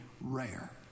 rare